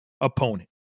opponent